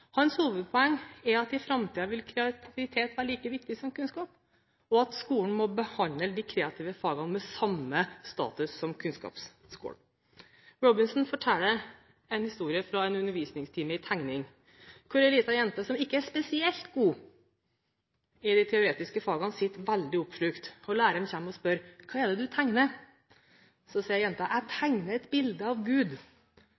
Hans hovedpoeng er at i framtiden vil kreativitet være like viktig som kunnskap, og at skolen må gi de kreative fagene samme status som kunnskapsskolen. Robinson forteller en historie fra en undervisningstime i tegning, hvor en liten jente, som ikke er spesielt god i de teoretiske fagene, sitter veldig oppslukt. Læreren spør: Hva er det du tegner? Da sier jenta: Jeg